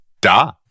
da